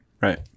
right